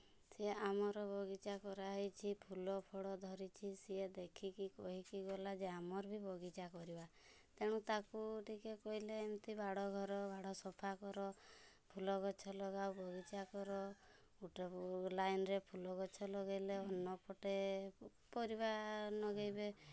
ସେ ଆମର ବଗିଚା କରାହେଇଛି ଫୁଲ ଫଳ ଧରିଛି ସିଏ ଦେଖିକି କହିକି ଗଲା ଯେ ଆମର ବି ବଗିଚା କରିବା ତେଣୁ ତାକୁ ଟିକେ କହିଲେ ଏମିତି ବାଡ଼ କର ବାଡ଼ ସଫା କର ଫୁଲ ଗଛ ଲଗାଅ ବଗିଚା କର ଗୋଟେ ଲାଇନରେ ଫୁଲ ଗଛ ଲଗାଇଲେ ଅନ୍ୟ ପଟେ ପରିବା ଲଗାଇବେ